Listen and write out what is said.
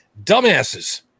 dumbasses